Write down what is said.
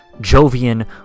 Jovian